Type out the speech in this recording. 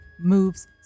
moves